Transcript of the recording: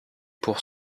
pour